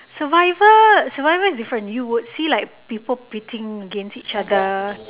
survivor survivor is different you would see like people pitting against each other